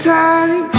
time